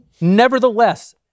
nevertheless